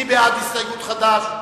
מי בעד הסתייגות חד"ש?